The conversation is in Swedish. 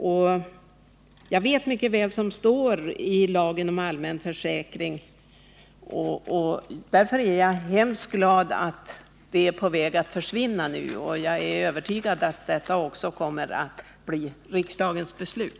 Jag känner väl till vad som sägs i det här avseendet i lagen om allmän försäkring, och jag är mycket glad över att den bestämmelse jag pekat på nu är på väg att försvinna, för jag är övertygad om att detta kommer att bli riksdagens beslut.